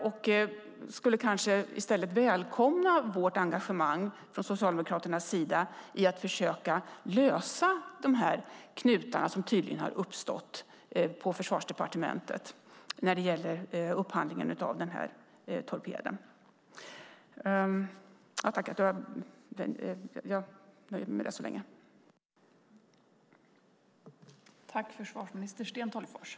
Jag tycker att han borde välkomna engagemanget från Socialdemokraternas sida för att försöka lösa de knutar som tydligen har uppstått på Försvarsdepartementet när det gäller upphandlingen av torped 45.